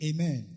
Amen